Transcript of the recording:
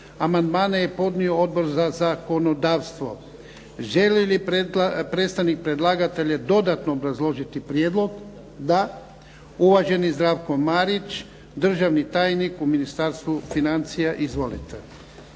Amandmane je podnio Odbor za zakonodavstvo. Želi li predstavnik predlagatelja dodatno obrazložiti prijedlog? Da. Uvaženi Zdravko Marić, državni tajnik u Ministarstvu financija. Izvolite.